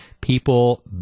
People